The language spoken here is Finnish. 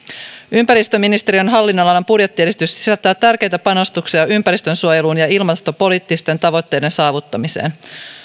ympäristöministeriön hallinnonalan budjettiesitys sisältää tärkeitä panostuksia ympäristönsuojeluun ja ilmastopoliittisten tavoitteiden saavuttamiseen